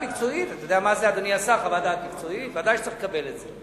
ודאי שצריך לקבל את זה.